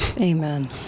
Amen